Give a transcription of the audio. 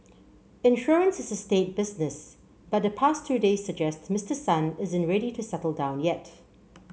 insurance is a staid business but the past two days suggest Mister Son isn't ready to settle down yet